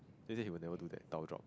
he said he will never do that tower drop